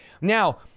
now